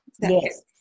Yes